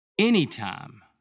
anytime